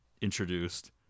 introduced